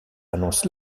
annonce